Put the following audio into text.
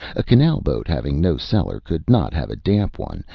a canal-boat having no cellar could not have a damp one,